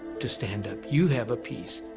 to stand up. you have a piece.